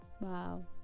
Wow